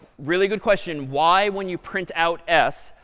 really good question. why, when you print out s,